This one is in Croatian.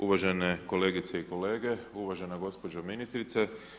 Uvažene kolegice i kolege, uvažena gospođo ministrice.